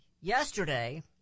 yesterday